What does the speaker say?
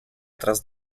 atrás